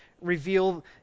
reveal